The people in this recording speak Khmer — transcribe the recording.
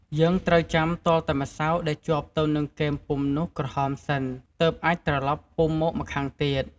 យើងត្រូវចាំទាល់តែម្សៅដែលជាប់ទៅនឹងគែមពុម្ពនោះក្រហមសិន ទើបអាចត្រឡប់ពុម្ពមកម្ខាងទៀត។